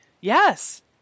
yes